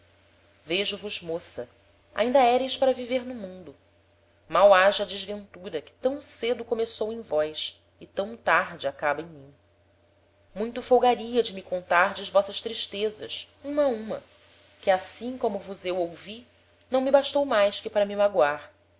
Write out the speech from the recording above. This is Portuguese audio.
razão vejo vos moça ainda ereis para viver no mundo mal haja a desventura que tam cedo começou em vós e tam tarde acaba em mim muito folgaria de me contardes vossas tristezas uma a uma que assim como vos eu ouvi não me bastou mais que para me magoar